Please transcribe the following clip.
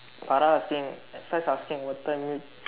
Farah asking at first asking what time meet